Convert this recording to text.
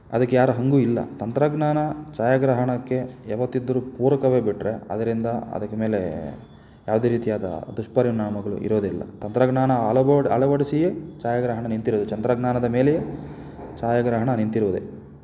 ಅದಕ್ಕೆ ಯಾರ ಹಂಗೂ ಇಲ್ಲ ತಂತ್ರಜ್ಞಾನ ಛಾಯಾಗ್ರಹಣಕ್ಕೆ ಯಾವತ್ತಿದ್ದರೂ ಪೂರಕವೇ ಬಿಟ್ಟರೆ ಅದರಿಂದ ಅದಕ್ಕೆ ಮೇಲೆ ಯಾವುದೇ ರೀತಿಯಾದ ದುಷ್ಪರಿಣಾಮಗಳು ಇರೋದಿಲ್ಲ ತಂತ್ರಜ್ಞಾನ ಅಳವಡಿಸಿಯೇ ಛಾಯಾಗ್ರಹಣ ನಿಂತಿರೋದು ಚಂದ್ರಜ್ಞಾನದ ಮೇಲೆಯೇ ಛಾಯಾಗ್ರಹಣ ನಿಂತಿರೋದೆ